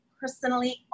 personally